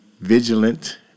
vigilant